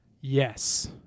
Yes